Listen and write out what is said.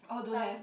thumb